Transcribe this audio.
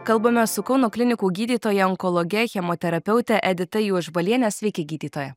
kalbamės su kauno klinikų gydytoja onkologe chemoterapeute edita juodžbaliene sveiki gydytoja